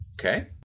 Okay